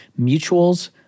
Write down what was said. mutuals